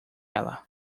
ela